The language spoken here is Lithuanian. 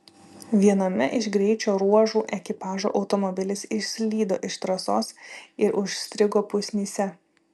viename iš greičio ruožų ekipažo automobilis išslydo iš trasos ir užstrigo pusnyse